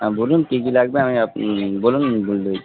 হ্যাঁ বলুন কী কী লাগবে আমি আপ বলুন বলে দিচ্ছি